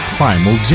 Primal